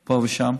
פה ושם,